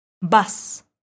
Bus